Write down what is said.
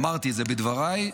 אמרתי את זה בדבריי: